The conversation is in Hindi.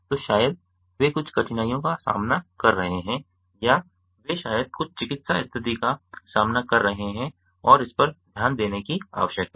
तो शायद वे कुछ कठिनाइयों का सामना कर रहे हैं या वे शायद कुछ चिकित्सा स्थिति का सामना कर रहे हैं और इस पर ध्यान देने की आवश्यकता है